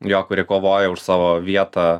jo kuri kovoja už savo vietą